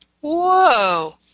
Whoa